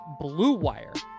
BLUEWIRE